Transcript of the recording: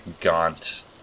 gaunt